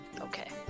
Okay